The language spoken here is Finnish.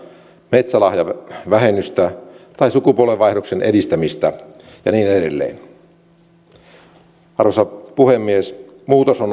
metsälahjavähennystä tai sukupolvenvaihdoksen edistämistä ja niin edelleen arvoisa puhemies muutos on